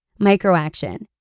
Microaction